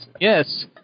Yes